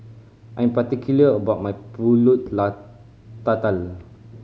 I am particular about my pulut la tatal